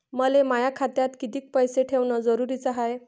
मले माया खात्यात कितीक पैसे ठेवण जरुरीच हाय?